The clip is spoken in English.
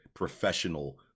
Professional